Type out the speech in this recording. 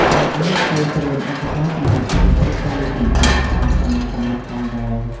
បើអាច គួរត្រៀមឧបករណ៍សម្រាប់ដាំទឹក ឬចម្អិនអាហារសាមញ្ញៗផងដែរ។